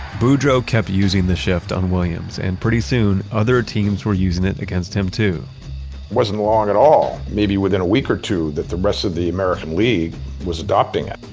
boudreau kept using the shift on williams and pretty soon other teams were using it against him too it wasn't long at all, maybe within a week or two that the rest of the american league was adopting it.